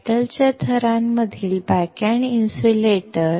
धातूच्या थरांमधील backend insulator